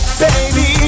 baby